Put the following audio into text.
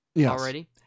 already